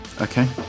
Okay